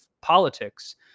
politics